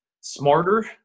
smarter